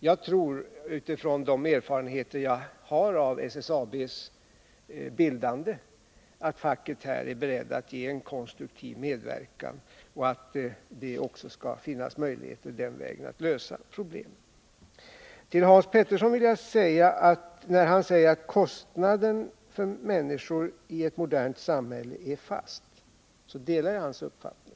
Jag tror utifrån de erfarenheter jag har av SSAB:s bildande att facket är berett att ge en konstruktiv medverkan och att det också skall finnas möjligheter att den vägen lösa problemen. När Hans Petersson säger att kostnaderna för människor i ett modernt samhälle är fasta delar jag hans uppfattning.